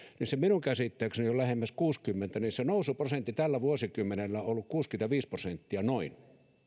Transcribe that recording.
niin se minun käsittääkseni on lähemmäs kuusikymmentä ja nousuprosentti tällä vuosikymmenellä on ollut noin kuusikymmentäviisi prosenttia